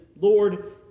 lord